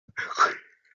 kure